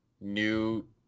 new